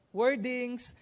wordings